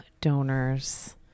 donors